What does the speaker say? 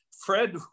Fred